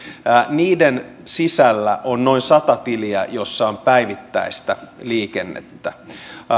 niiden sisällä on noin sata tiliä joissa on päivittäistä liikennettä